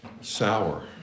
Sour